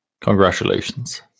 Congratulations